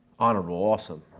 honorable, awesome,